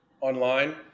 online